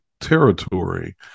territory